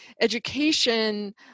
education